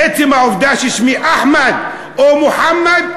עצם העובדה ששמי אחמד או מוחמד,